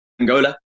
Angola